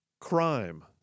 crime